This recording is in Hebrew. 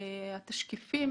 התשקיפים